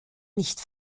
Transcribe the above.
nicht